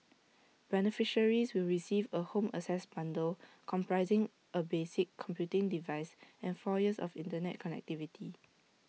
beneficiaries will receive A home access bundle comprising A basic computing device and four years of Internet connectivity